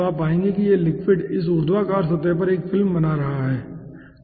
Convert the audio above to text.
तो आप पाएंगे कि यह लिक्विड इस ऊर्ध्वाधर सतह पर एक फिल्म बना रहा है ठीक है